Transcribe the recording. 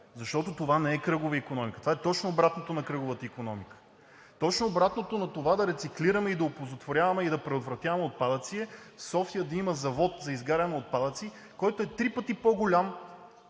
Защото това не е кръгова икономика. Това е точно обратното на кръговата икономика. Точно обратното на това да рециклираме, да оползотворяваме и да предотвратяваме отпадъци е в София да има завод за изгаряне на отпадъци, който е три пъти по-голям